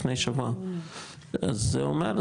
לפני שבוע אז זה אומר,